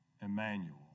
Emmanuel